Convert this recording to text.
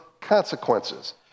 consequences